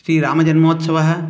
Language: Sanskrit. श्रीरामजन्मोत्सवः